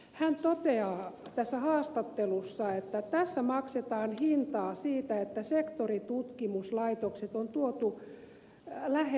hän toteaa tässä haastattelussa että tässä maksetaan hintaa siitä että sektoritutkimuslaitokset on tuotu lähelle hallintoa